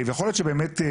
ויכול להיות שבאמת,